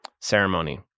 ceremony